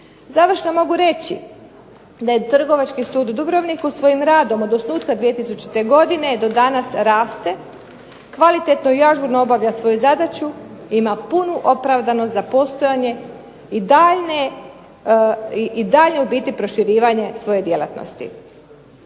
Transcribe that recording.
Završno mogu reći da je Trgovački sud u Dubrovniku svojim radom od osnutka 2000. godine do danas raste, kvalitetno i ažurno obavlja svoju zadaću i ima punu opravdanost za postojanje i daljnje u biti proširivanje svoje djelatnosti.